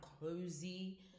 cozy